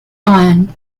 iron